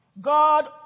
God